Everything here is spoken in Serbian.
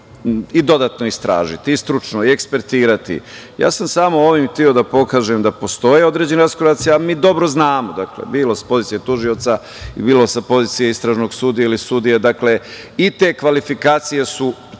i dodatno istražiti i stručno i ekspertirati. Ja sam samo ovim hteo da pokažem da postoje određene kvalifikacije, a i dobro znamo, bilo da je to bilo sa pozicije tužioca i bilo sa pozicije istražnog sudije ili sudije, i te kvalifikacije su